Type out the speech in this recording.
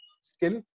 skill